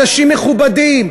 אנשים מכובדים,